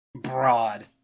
broad